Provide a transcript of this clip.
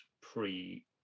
pre